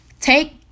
Take